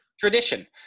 Tradition